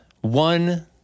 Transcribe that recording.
one